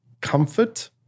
comfort